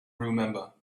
remember